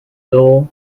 dull